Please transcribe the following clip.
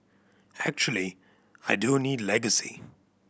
actually I don't need legacy